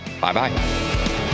Bye-bye